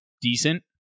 decent